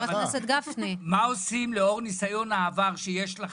מה עושים לאור ניסיון העבר שיש לכם?